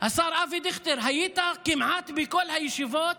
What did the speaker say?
היית כמעט בכל הישיבות